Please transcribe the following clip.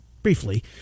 Briefly